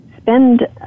spend